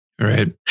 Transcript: Right